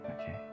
Okay